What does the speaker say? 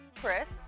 Chris